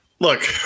Look